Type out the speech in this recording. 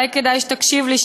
אולי כדאי שתקשיב לי,